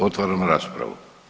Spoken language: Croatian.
Otvaram raspravu.